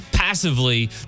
Passively